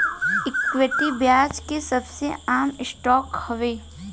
equity, ब्याज के सबसे आम स्टॉक हवे